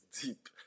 deep